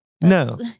no